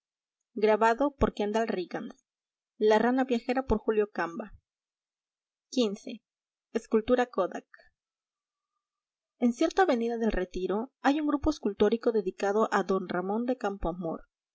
xv escultura kodak en cierta avenida del retiro hay un grupo escultórico dedicado a d ramón de